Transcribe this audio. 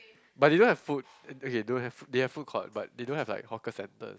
but they don't have food okay don't have they have foodcourt but they don't have like hawker centres